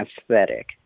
aesthetic